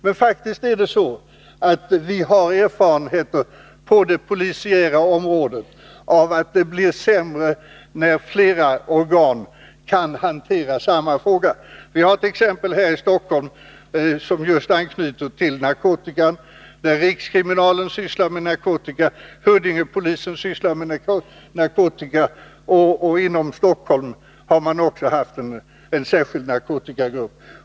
Men vi har faktiskt erfarenheter på det polisiära området av att det blir sämre när flera organ kan hantera samma fråga. Vi har ett exempel här från Stockholm som anknyter till narkotikan: rikskriminalen och Huddingepolisen sysslar med narkotika, och inom Stockholm har det också funnits en särskild narkotikagrupp.